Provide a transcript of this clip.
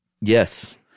Yes